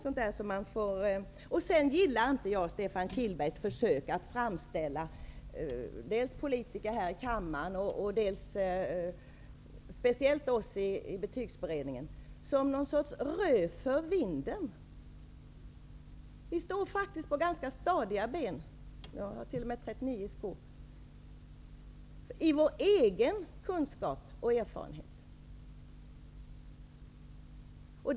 Sedan gillar inte jag Stefan Kihlbergs försök att framställa dels politiker här i kammaren, dels speciellt oss i betygsberedningen som något slags rö för vinden. Vi står faktiskt på ganska stadiga ben - jag har t.o.m. 39 i skor - i vår egen kunskap och erfarenhet.